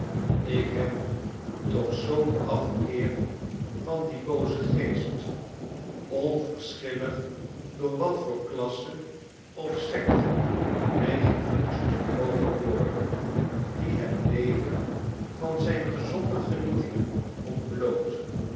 ik heb toch zoo'n afkeer van dien boozen geest onverschillig door wat voor klasse of sekte hij gevoed moge worden die het leen van zijn gezonde genietingen ontbloot